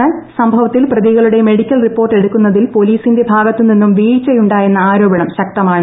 എന്നാൽ സംഭവത്തിൽ പ്രതികളുടെ മെഡിക്കൽ റിപ്പോർട്ട് എടുക്കുന്നതിൽ പൊലീസിന്റെ ഭാഗത്തുനിന്നും വീഴ്ചയുണ്ടായെന്ന ആരോപണം ശക്തമാണ്